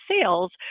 sales